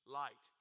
light